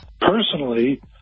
Personally